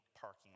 parking